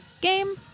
game